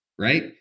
right